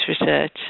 research